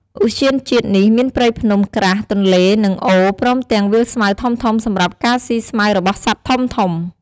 ឧទ្យានជាតិនេះមានព្រៃភ្នំក្រាស់ ទន្លេ និងអូរ ព្រមទាំងវាលស្មៅធំៗសម្រាប់ការស៊ីស្មៅរបស់សត្វធំៗ។